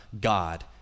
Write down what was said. God